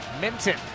Minton